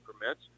permits